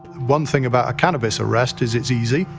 one thing about a cannabis arrest is it's easy,